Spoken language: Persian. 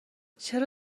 چرا